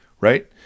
right